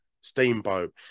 Steamboat